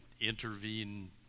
intervene